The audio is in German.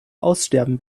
aussterben